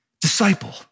disciple